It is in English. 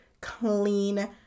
clean